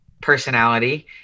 personality